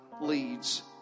Leads